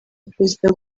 perezida